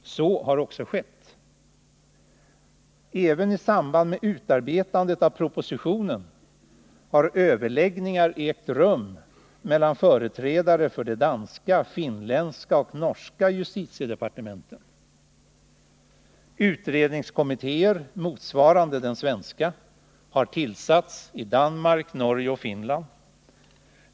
Så har också skett. Även i samband med utarbetandet av propositionen har överläggningar ägt rum mellan företrädare för de danska, finländska och norska justitiedepartementen. Utredningskommittéer, motsvarande den svenska, har tillsatts i Danmark, Norge och Finland.